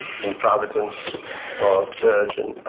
and providence for virgin